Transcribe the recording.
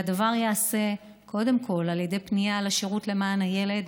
והדבר ייעשה קודם כול על ידי פנייה לשירות למען הילד